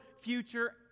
future